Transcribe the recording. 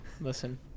Listen